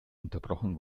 unterbrochen